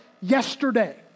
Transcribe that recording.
yesterday